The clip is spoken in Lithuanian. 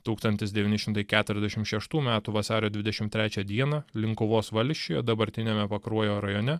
tūkstantis devyni šimtai keturiasdešimt šeštų metų vasario dvidešimt trečią dieną linkuvos valsčiuje dabartiniame pakruojo rajone